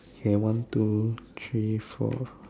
okay one two three four